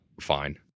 fine